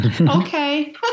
Okay